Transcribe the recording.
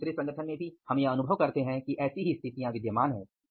और दूसरे संगठन में भी हम यह अनुभव करते है कि ऐसी ही स्थितियां विद्यमान है